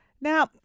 Now